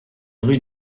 rue